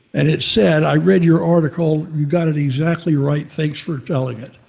and it said, i read your article, you got it exactly right, thanks for telling it.